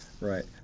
Right